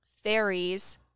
fairies